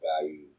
value